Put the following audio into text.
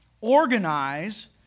organize